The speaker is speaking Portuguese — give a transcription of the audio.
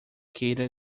queira